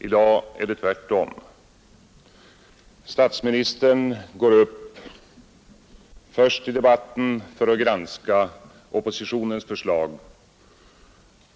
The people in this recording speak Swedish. I dag är det tvärtom; statsministern går upp först i debatten för att granska oppositionens förslag.